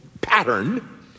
pattern